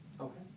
Okay